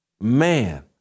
man